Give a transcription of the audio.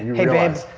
hey babe,